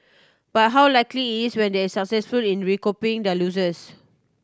but how likely is it when they successful in recouping their losses